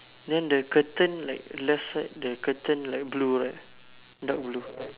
then the curtain like left side the curtain like blue right dark blue